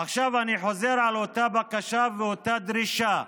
עכשיו אני חוזר על אותה בקשה ואותה דרישה,